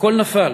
הכול נפל.